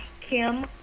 Kim